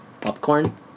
popcorn